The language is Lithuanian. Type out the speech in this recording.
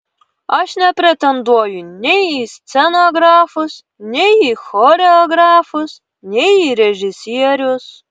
aš nepretenduoju nei į scenografus nei į choreografus nei į režisierius